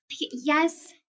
Yes